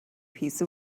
piece